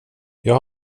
jag